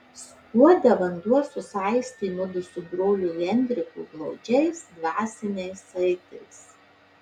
skuode vanduo susaistė mudu su broliu henriku glaudžiais dvasiniais saitais